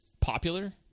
popular